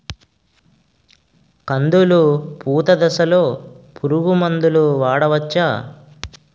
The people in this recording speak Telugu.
కందులు పూత దశలో పురుగు మందులు వాడవచ్చా?